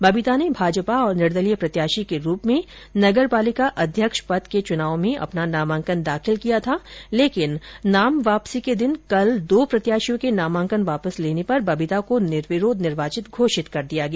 बबीता ने भारतीय जनता पार्टी और निर्दलीय प्रत्याशी के रूप में नगर पालिका अध्यक्ष पद के चुनाव में अपना नामांकन दाखिल किया था लेकिन नाम वापसी के दिन कल दो प्रत्याशियों के नामांकन वापस लेने पर बबीता को निर्विरोध निर्वाचित घोषित कर दिया गया